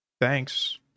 Thanks